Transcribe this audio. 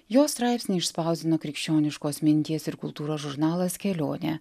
jos straipsnį išspausdino krikščioniškos minties ir kultūros žurnalas kelionė